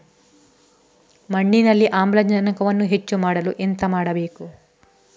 ಮಣ್ಣಿನಲ್ಲಿ ಆಮ್ಲಜನಕವನ್ನು ಹೆಚ್ಚು ಮಾಡಲು ಎಂತ ಮಾಡಬೇಕು?